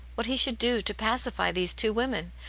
what he should do to pacify these two women,